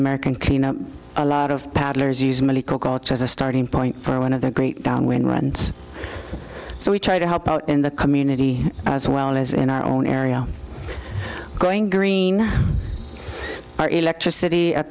american clean up a lot of paddlers used as a starting point for one of the great downwind runs so we try to help out in the community as well as in our own area going green our electricity at